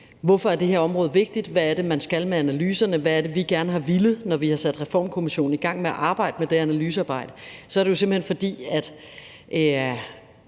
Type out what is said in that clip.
for, at det her område er vigtigt – hvad det er, man skal med analyserne, hvad det er, vi gerne har villet, når vi har sat Reformkommissionen i gang med at arbejde med det analysearbejde – så er det jo simpelt hen, fordi alting